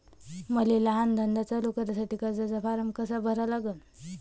मले लहान धंदा चालू करासाठी कर्जाचा फारम कसा भरा लागन?